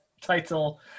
title